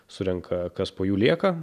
surenka kas po jų lieka